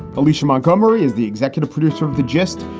alicia montgomery is the executive producer of the gist.